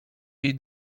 jej